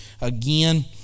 again